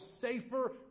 safer